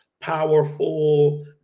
powerful